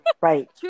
right